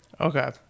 Okay